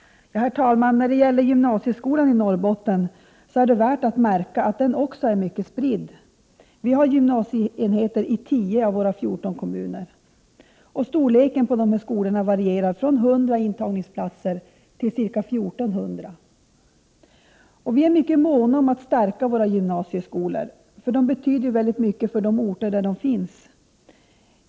Herr talman! När det gäller gymnasieskolan i Norrbotten är det värt att märka att också den är mycket spridd. Vi har gymnasieenheter i tio av våra fjorton kommuner. Storleken på dessa enheter varierar från ca 100 intagningsplatser till ca 1 400. Vi är mycket måna om att stärka våra gymnasieskolor. De betyder nämligen väldigt mycket för de orter där de finns.